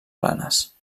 planes